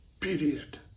period